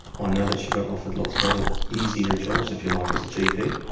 ah know that she got offered lots of other easier jobs if you like as a gp,